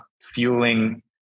fueling